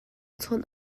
chawnh